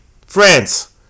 France